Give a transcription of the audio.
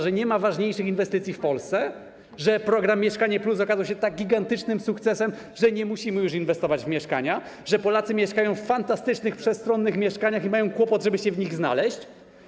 Że nie ma ważniejszych inwestycji w Polsce, że program „Mieszkanie+” okazał się tak gigantycznym sukcesem, że nie musimy już inwestować w mieszkania, że Polacy mieszkają w fantastycznych, przestronnych mieszkaniach i mają kłopot, żeby się w nich znaleźć?